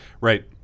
Right